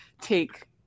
take